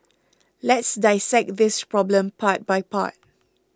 let's dissect this problem part by part